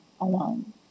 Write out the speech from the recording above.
alone